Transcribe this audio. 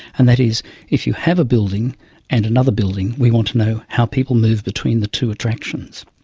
and that is if you have a building and another building, we want to know how people move between the two attractions.